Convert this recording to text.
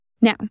Now